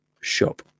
shop